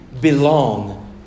belong